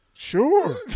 Sure